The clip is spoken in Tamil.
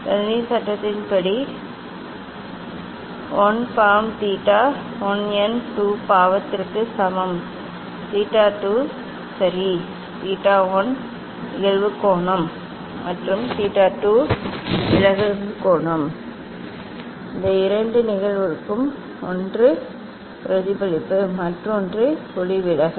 ஸ்னெல்லின் சட்டத்தின்படி n 1 பாவம் தீட்டா 1 n 2 பாவத்திற்கு சமம் தீட்டா 2 சரி தீட்டா 1 நிகழ்வு கோணம் மற்றும் தீட்டா 2 விலகல் கோணம் இந்த இரண்டு நிகழ்வுகளும் ஒன்று பிரதிபலிப்பு மற்றொன்று ஒளிவிலகல்